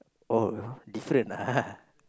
oh different ah